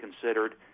considered